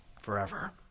forever